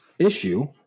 Issue